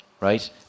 right